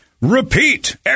repeat